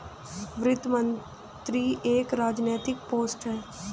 वित्त मंत्री एक राजनैतिक पोस्ट है